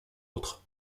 autres